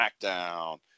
smackdown